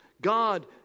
God